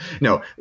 No